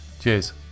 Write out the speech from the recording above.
Cheers